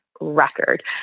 record